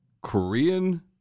Korean